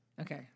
Okay